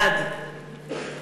בעד